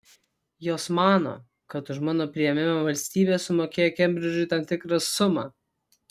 jos mano kad už mano priėmimą valstybė sumokėjo kembridžui tam tikrą sumą